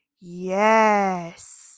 yes